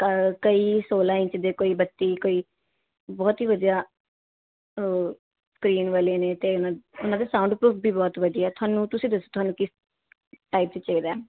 ਕਈ ਸੋਲਾਂ ਇੰਚ ਦੇ ਕੋਈ ਬੱਤੀ ਕੋਈ ਬਹੁਤ ਹੀ ਵਧੀਆ ਸਕਰੀਨ ਵਾਲੇ ਨੇ ਅਤੇ ਉਹਨ ਉਹਨਾਂ ਦੇ ਸਾਊਂਡਪਰੂਫ ਵੀ ਬਹੁਤ ਵਧੀਆ ਤੁਹਾਨੂੰ ਤੁਸੀਂ ਦੱਸੋ ਤੁਹਾਨੂੰ ਕਿਸ ਟਾਈਪ ਚਾਹੀਦੇ ਹੈ